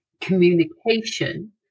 communication